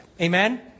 Amen